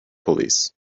police